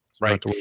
Right